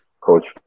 Coach